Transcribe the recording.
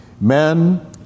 Men